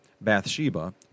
Bathsheba